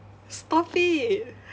stop it